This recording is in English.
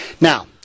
Now